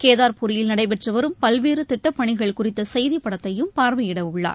கேதார்புரியில் நடைபெற்றுவரும் பல்வேறுதிட்டப்பணிகள் குறித்தசெய்திப்படத்தையும் பார்வையிடவுள்ளார்